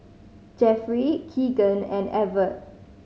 Jeffry Kegan and Evert